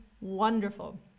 Wonderful